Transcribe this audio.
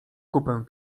kupę